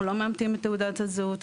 אנחנו לא מאמתים את תעודת הזהות,